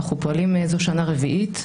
אנחנו פועלים זו שנה רביעית.